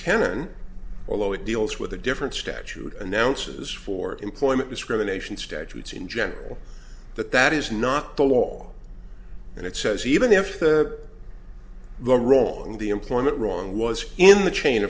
mccarron although it deals with a different statute announces for employment discrimination statutes in general that that is not the law and it says even if the wrong the employment wrong was in the chain